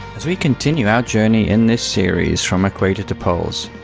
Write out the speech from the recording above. as we continue our journey in this series from equator to poles,